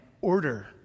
order